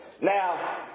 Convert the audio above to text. Now